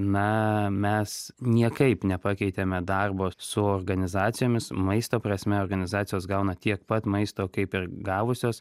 na mes niekaip nepakeitėme darbo su organizacijomis maisto prasme organizacijos gauna tiek pat maisto kaip ir gavusios